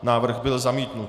Návrh byl zamítnut.